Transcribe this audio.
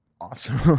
awesome